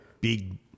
big